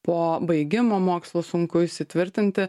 po baigimo mokslo sunku įsitvirtinti